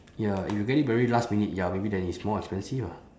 ya if you get it very last minute ya maybe then it's more expensive ah